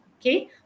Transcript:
okay